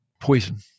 poison